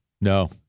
No